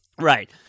Right